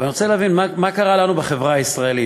אני רוצה להבין מה קרה לנו בחברה הישראלית,